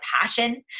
passion